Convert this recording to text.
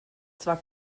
zwar